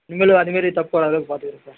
இனிமேலும் அதுமாரி தப்பு வராத பார்த்துக்குறேன் சார்